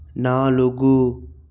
నాలుగు